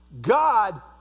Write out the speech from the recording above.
God